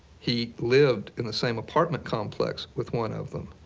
he lived in the same apartment complex with one of them.